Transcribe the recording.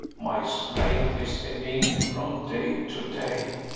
my strength is ebbing from day to day.